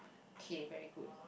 okay very good